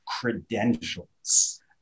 credentials